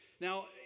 Now